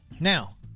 Now